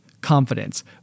confidence